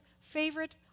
favorite